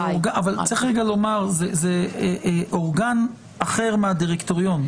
--- זה אורגן אחר מהדירקטוריון.